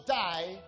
die